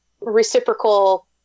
reciprocal